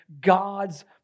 God's